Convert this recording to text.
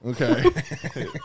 Okay